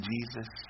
Jesus